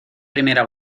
primera